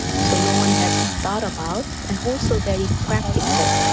so no one had thought about, and also very practical.